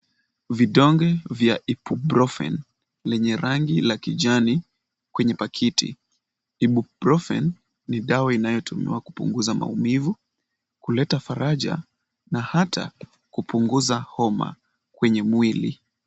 Vidonge vya ibuprofen zenye rangi la kijani kwenye pakiti. Ibuprofen ni dawa inayotumiwa kupunguza maumivu, kuleta faraja na hata kupunguza homa kwenye mwili.